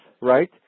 right